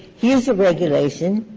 here's a regulation,